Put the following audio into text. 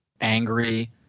angry